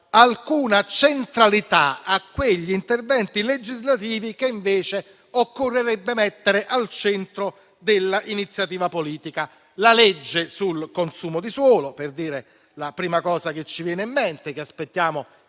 alcuna centralità a quegli interventi legislativi che invece occorrerebbe mettere al centro dell'iniziativa politica: la legge sul consumo di suolo, per citare la prima iniziativa che ci viene in mente e che aspettiamo